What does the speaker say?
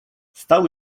stał